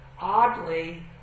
oddly